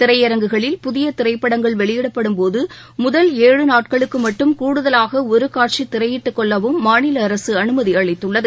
திரையரங்குகளில் புதியதிரைப்படங்கள் வெளியிடப்படும் போது முதல் ஏழு நாட்களுக்குமட்டும் கூடுதலாகஒருகாட்சிதிரையிட்டுக் கொள்ளவும் மாநிலஅரசுஅனுமதியளித்துள்ளது